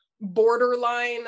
borderline